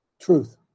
truth